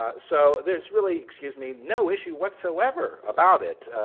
ah so there's really, excuse me, no issue whatsoever about it.